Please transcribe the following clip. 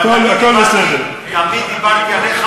אבל תמיד הבטתי עליך,